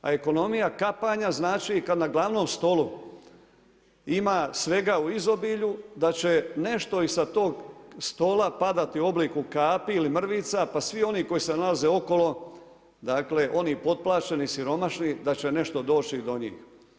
A ekonomija kapanja znači kad na glavnom stolu ima svega u izobilju da će nešto i sa tog stola padati u obliku kapi ili mrvica pa svi oni koji se nalaze okolo, oni potplaćeni, siromašni da će nešto doći do njih.